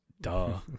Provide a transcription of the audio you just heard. Duh